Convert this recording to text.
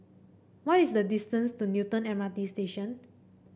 what is the distance to Newton M R T Station